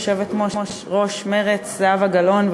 יושבת-ראש מרצ זהבה גלאון,